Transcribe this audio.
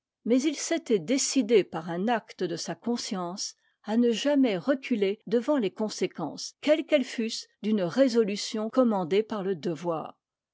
mais il s'était décidé par un acte de sa conscience à ne jamais reculer devant les conséquences quelles qu'elles fussent d'une résolution commandée par le devoir